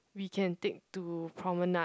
we can take to Promenade